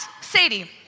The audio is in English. Sadie